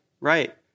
right